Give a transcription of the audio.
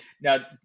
Now